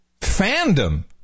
fandom